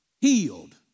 healed